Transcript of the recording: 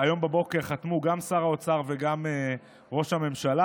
היום בבוקר חתמו גם שר האוצר וגם ראש הממשלה,